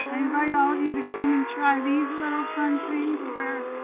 invite all of you to come and try these and little fun things where